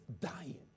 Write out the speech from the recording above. dying